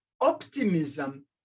optimism